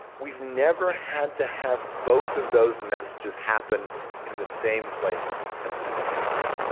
we've never had to have both of those messages happen in the same place at the same time.